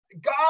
God